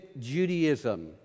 Judaism